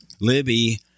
Libby